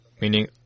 meaning